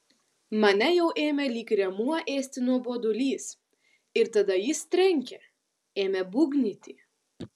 mane jau ėmė lyg rėmuo ėsti nuobodulys ir tada jis trenkė ėmė būgnyti